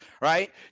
right